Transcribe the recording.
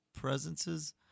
presences